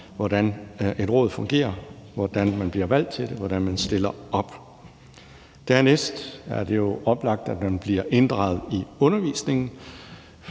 hvordan et råd fungerer, hvordan man bliver valgt til det, og hvordan man stiller op. Dernæst er det jo oplagt, at man bliver inddraget i undervisningen,